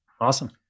Awesome